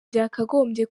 byakagombye